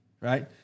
right